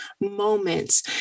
moments